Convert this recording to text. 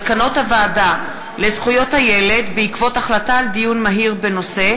מסקנות הוועדה לזכויות הילד בעקבות דיון מהיר בהצעתו